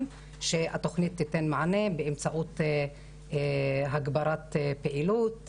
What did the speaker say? שהתוכנית תיתן מענה באמצעות הגברת פעילות,